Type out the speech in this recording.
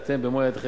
אתה לא מכיר את זה.